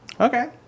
Okay